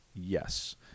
yes